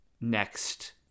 next